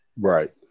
Right